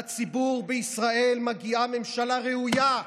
לציבור בישראל מגיעה ממשלה ראויה,